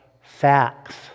facts